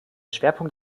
schwerpunkt